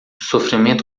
sofrimento